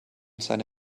seine